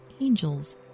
angels